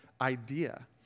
idea